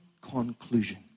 conclusion